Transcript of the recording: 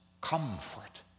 comfort